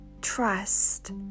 trust